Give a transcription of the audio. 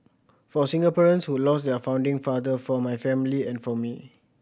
for Singaporeans who lost their founding father for my family and for me